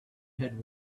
had